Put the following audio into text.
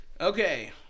Okay